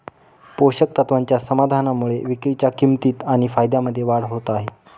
पोषक तत्वाच्या समाधानामुळे विक्रीच्या किंमतीत आणि फायद्यामध्ये वाढ होत आहे